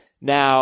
Now